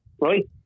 right